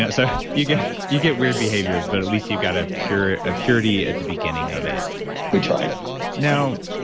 yeah so you get you get weird behaviors, but at least you got a purity ah purity at the beginning of it we tried now,